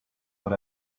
what